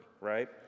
right